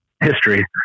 history